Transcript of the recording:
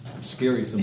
scary